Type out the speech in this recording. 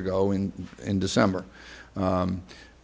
ago in december